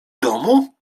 domu